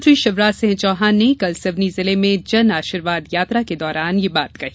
मुख्यमंत्री शिवराज सिंह चौहान ने कल सिवनी जिले में जन आशीर्वाद यात्रा के दौरान ये बात कही